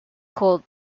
called